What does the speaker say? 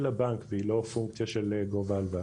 הבנק וזה לא פונקציה של גובה ההלוואה.